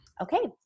Okay